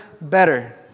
better